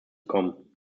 kommen